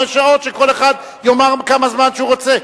שעות כשכל אחד ידבר כמה זמן שהוא רוצה.